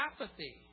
apathy